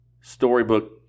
storybook